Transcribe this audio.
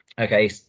okay